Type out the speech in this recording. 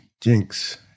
Jinx